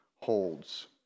holds